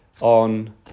on